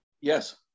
Yes